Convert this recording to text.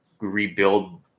rebuild